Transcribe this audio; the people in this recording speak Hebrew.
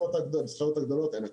לחברות המסחריות הגדולות אין הקלה.